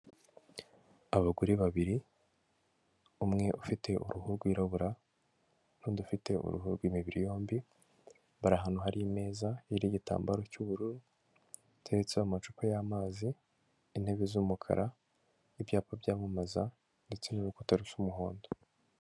Abagore babiri, umwe ufite uruhu rwirabura n'undi ufite uruhu rw'imibiri yombi, bari ahantu hari imeza iriho igitambaro cy'ubururu giteretseho amacupa y'amazi, intebe z'umukara n'ibyapa byamamaza ndetse n'urukuta rusa umuhondo.